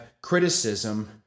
criticism